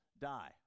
die